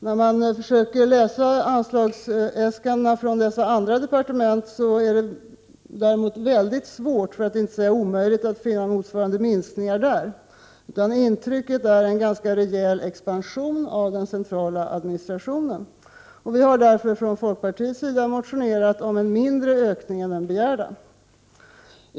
När man försöker läsa anslagsäskandena från dessa andra departement är det däremot mycket svårt, för att inte säga omöjligt, att där finna motsvarande minskningar. Det intryck man får är att det är fråga om en ganska rejäl expansion av den centrala administrationen. Vi har därför från folkpartiets sida avgett en motion i vilken vi kräver en mindre ökning än den begärda.